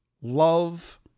love